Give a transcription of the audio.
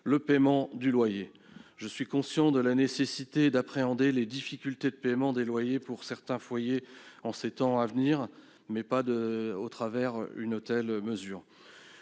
le paiement du loyer ? Je suis conscient de la nécessité d'appréhender les difficultés de paiement des loyers pour certains foyers en ces temps à venir, mais une telle mesure